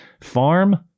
Farm